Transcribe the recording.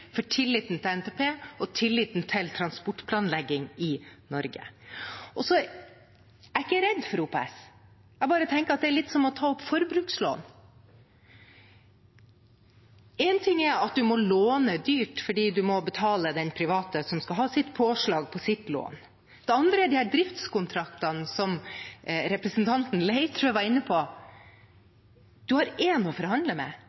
for tilliten til NTP og for tilliten til transportplanlegging i Norge. Jeg er ikke redd for OPS. Jeg bare tenker at det er litt som å ta opp forbrukslån. Én ting er at man må låne dyrt fordi man må betale den private som skal ha sitt påslag på sitt lån. Det andre er driftskontraktene som representanten Leirtrø var inne på – man har én å forhandle med.